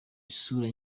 isura